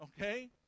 okay